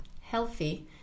healthy